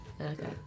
okay